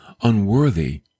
unworthy